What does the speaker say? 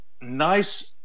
nice